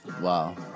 Wow